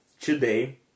today